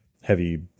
heavy